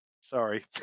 sorry